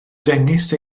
dengys